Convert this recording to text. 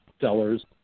sellers